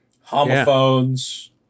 homophones